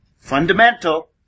Fundamental